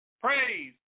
Praise